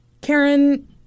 Karen